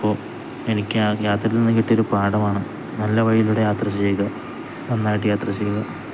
അപ്പോ എനിക്കു യാത്രയിൽ നിന്നു കിട്ടിയൊരു പാഠമാണ് നല്ല വഴിയിലൂടെ യാത്ര ചെയ്യുക നന്നായിട്ടു യാത്ര ചെയ്യുക